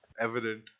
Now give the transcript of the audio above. evident